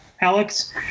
Alex